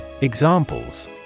Examples